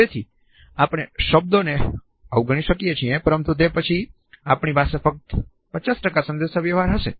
તેથી આપણે કાં તો શબ્દોને અવગણી શકીએ છીએ પરંતુ તે પછી આપણી પાસે ફક્ત 50 વાતચીત હશે